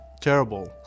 terrible